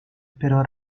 pero